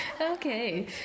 okay